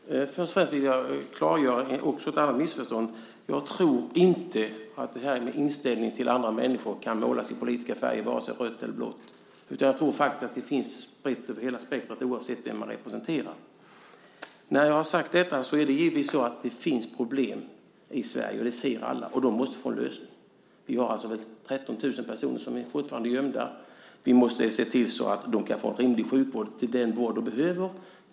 Fru talman! Först och främst vill jag klargöra ett annat missförstånd. Jag tror inte att det här med inställningen till andra människor kan målas i politiska färger - varken i rött eller blått. Jag tror att det här finns brett över hela spektrumet, oavsett vem man representerar. Med detta sagt vet jag givetvis att det finns problem i Sverige. Det ser alla. De måste få en lösning. Vi har 13 000 personer som fortfarande är gömda. Vi måste se till att de kan få en rimlig sjukvård - den vård de behöver.